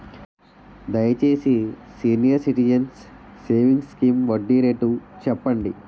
దయచేసి senior citizens savings scheme వడ్డీ rate చెప్పండి